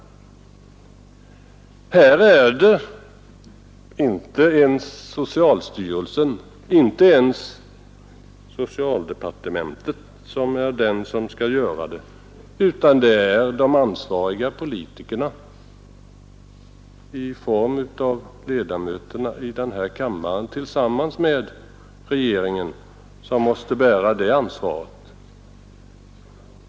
Det är inte socialstyrelsen som skall göra prioriteringen, inte ens socialdepartementet, utan det är de ansvariga politikerna i form av denna kammares ledamöter som tillsammans med regeringen måste bära ansvaret.